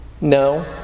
No